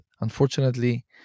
unfortunately